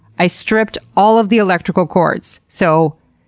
i stripped all of the electrical cords. so,